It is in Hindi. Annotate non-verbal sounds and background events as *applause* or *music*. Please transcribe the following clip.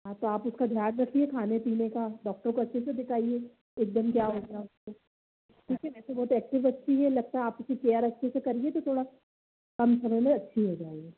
हाँ तो आप उसका ध्यान रखिए खाने पीने का डौकटर को अच्छे से दिखाइए एक दिन क्या हो गया उसको ठीक है वैसे वो तो एक्टिव बच्ची है लगता है आप *unintelligible* केयर अच्छे से करिए थोड़ा कम समय में अच्छी हो जाएगी